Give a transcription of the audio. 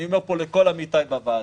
אני אומר פה לכל עמיתיי בוועדה,